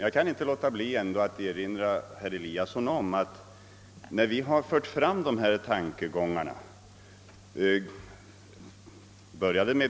Jag vill emellertid erinra herr Eliasson om att när vi har fört fram dessa tankegångar —